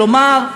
כלומר,